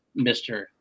Mr